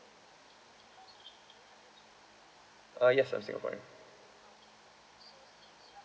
uh yes I'm singaporean